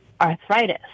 arthritis